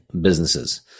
businesses